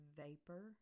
vapor